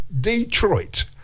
Detroit